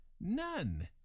None